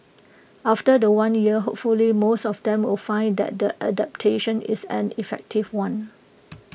after The One year hopefully most of them will find that the adaptation is an effective one